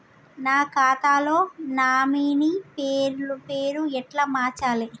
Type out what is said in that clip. నా ఖాతా లో నామినీ పేరు ఎట్ల మార్చాలే?